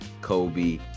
Kobe